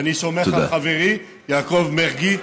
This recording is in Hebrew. ואני סומך על חברי יעקב מרגי,